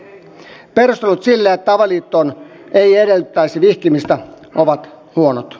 perustelut sille että avioliitto ei edellyttäisi vihkimistä ovat huonot